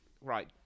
Right